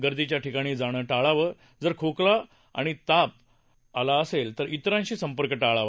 गर्दीच्या ठिकाणी जाणं टाळावं जर खोकला आणि ताप असेल तर इतरांशी संपर्क टाळावा